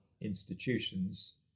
institutions